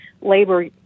labor